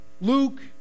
Luke